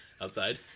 outside